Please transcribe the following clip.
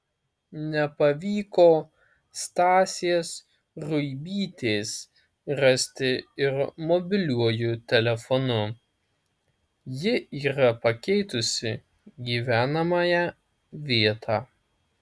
nepavyko stasės ruibytės rasti ir mobiliuoju telefonu ji yra pakeitusi gyvenamąją vietą